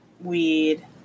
weed